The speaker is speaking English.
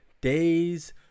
days